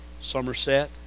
Somerset